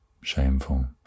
Shameful